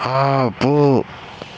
ఆపు